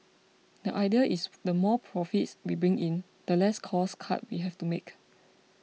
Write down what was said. the idea is the more profits we bring in the less cost cuts we have to make